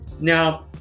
Now